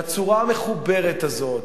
בצורה המחוברת הזאת,